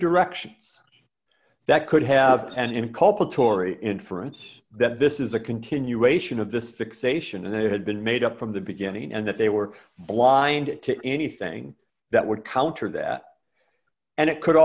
directions that could have an inculpatory inference that this is a continuation of this fixation and it had been made up from the beginning and that they were blind to anything that would counter that and it could